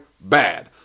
bad